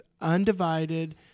undivided